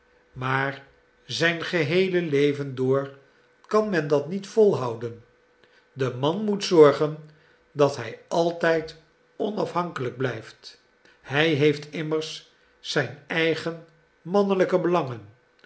maar zijn geheele leven door kan men dat niet volhouden de man moet zorgen dat hij altijd onafhankelijk blijft hij heeft immers zijn eigen mannelijke belangen